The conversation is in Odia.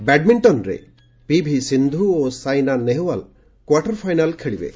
ବ୍ୟାଡମିଙ୍କନରେ ପିଭି ସିନ୍ଧୁ ଓ ସାଇନା ନେହୱାଲ କ୍ୱାର୍ଟର ଫାଇନାଲ୍ ଖେଳିବେ